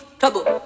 trouble